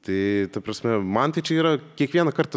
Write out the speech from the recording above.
tai ta prasme man tai čia yra kiekvieną kartą